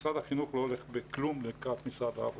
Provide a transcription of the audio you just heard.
ומשרד החינוך לא הולך בכלום לקראת משרד העבודה.